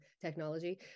technology